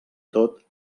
tot